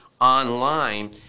online